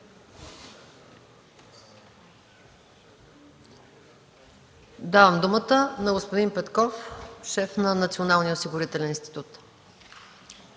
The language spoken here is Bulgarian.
Давам думата на господин Петков – шеф на Националния осигурителен институт.